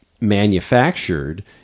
manufactured